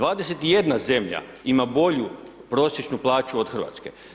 21 zemlja ima bolju prosječnu plaću od Hrvatske.